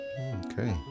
Okay